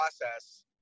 process